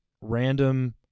random